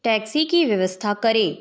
taxi की व्यवस्था करें